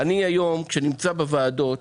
אני היום כשאני בוועדות,